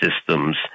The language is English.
systems